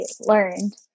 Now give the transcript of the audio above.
learned